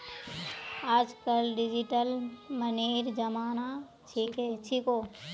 आजकल डिजिटल मनीर जमाना छिको